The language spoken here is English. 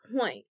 point